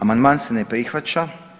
Amandman se ne prihvaća.